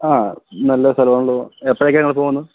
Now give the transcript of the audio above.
ആ നല്ല സ്ഥലം ആണല്ലോ എപ്പോഴൊക്കെയാണ് നിങ്ങൾ പോകുന്നത്